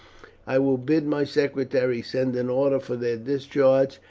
i will bid my secretary send an order for their discharge,